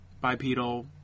bipedal